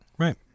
Right